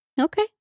Okay